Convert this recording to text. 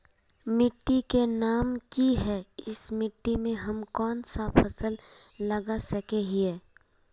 मिट्टी के नाम की है इस मिट्टी में हम कोन सा फसल लगा सके हिय?